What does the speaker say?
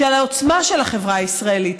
של העוצמה של החברה הישראלית,